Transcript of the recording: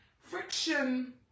Friction